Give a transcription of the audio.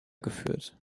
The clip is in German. geführt